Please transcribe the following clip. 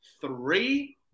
three